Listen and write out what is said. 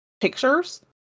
pictures